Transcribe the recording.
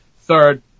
third